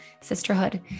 sisterhood